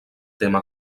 tema